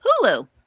Hulu